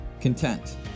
content